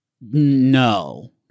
No